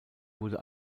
wurde